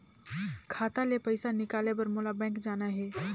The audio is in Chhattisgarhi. खाता ले पइसा निकाले बर मोला बैंक जाना हे?